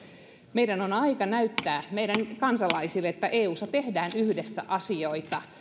meidän on aika näyttää meidän kansalaisille että eussa tehdään yhdessä asioita